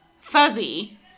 fuzzy